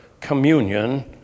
Communion